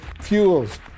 fuels